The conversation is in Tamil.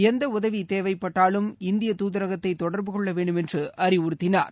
எந்த உதவி தேவைப்பட்டாலும் இந்தியத் தூதரகத்தை தொடர்பு கொள்ள வேண்டுமென்று அறிவுறுத்தினார்